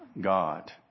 God